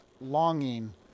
longing